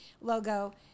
logo